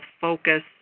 focus